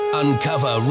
uncover